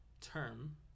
term